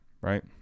right